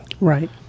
Right